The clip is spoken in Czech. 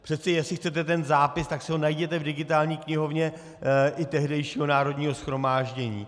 Přece jestli chcete ten zápis, tak si ho najděte v digitální knihovně tehdejšího Národního shromáždění.